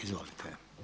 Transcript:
Izvolite.